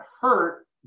hurt